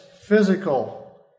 physical